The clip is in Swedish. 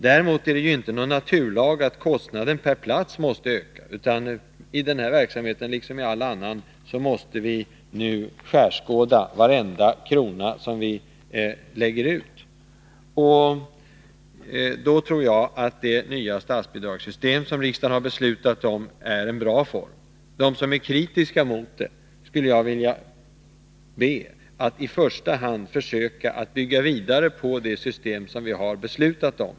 Däremot är det inte någon naturlag att kostnaden per plats måste öka, utan i den här verksamheten, liksom i all annan, måste vi nu skärskåda varenda krona som vi lägger ut. Och då tror jag att det nya statsbidragssystem som riksdagen har beslutat om är en bra form. De som är kritiska mot detta system skulle jag vilja be att i första hand bygga vidare på det system som vi har beslutat om.